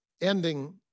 ending